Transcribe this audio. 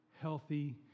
healthy